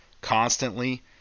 constantly